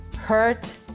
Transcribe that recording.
Hurt